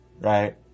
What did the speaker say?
right